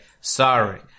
sorry